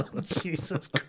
Jesus